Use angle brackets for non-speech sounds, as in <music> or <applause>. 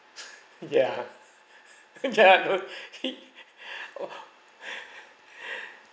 <laughs> ya <laughs> ya I know he oh <breath>